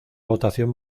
votación